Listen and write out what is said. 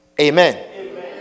Amen